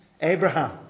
Abraham